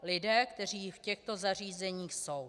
Lidé, kteří v těchto zařízeních jsou.